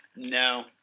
No